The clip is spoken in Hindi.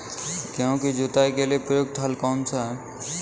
गेहूँ की जुताई के लिए प्रयुक्त हल कौनसा है?